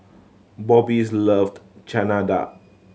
Bobbies loved Chana Dal